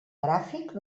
gràfic